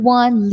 one